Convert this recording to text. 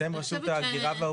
אתם רשות ההגירה והאוכלוסין.